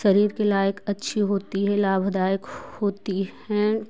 शरीर के लायक अच्छी होती है लाभदायक होती हैं